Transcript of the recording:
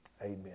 Amen